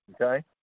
okay